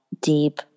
deep